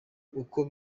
uko